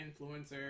influencer